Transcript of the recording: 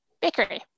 bakery